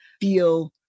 feel